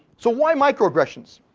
so why microaggressions?